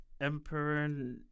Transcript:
Emperor